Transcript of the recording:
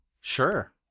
Sure